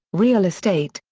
real estate,